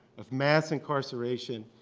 of mass incarceration,